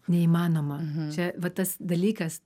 neįmanoma čia va tas dalykas